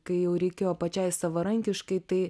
kai jau reikėjo pačiai savarankiškai tai